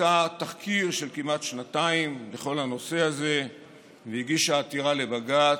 ביצעה תחקיר של כמעט שנתיים בכל הנושא הזה והגישה עתירה לבג"ץ.